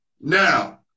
Now